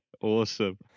Awesome